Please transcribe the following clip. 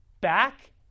Back